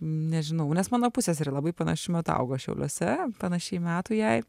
nežinau nes mano pusseserė labai panašiu metu augo šiauliuose panašiai metų jai